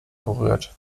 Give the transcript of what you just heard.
berührt